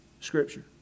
Scripture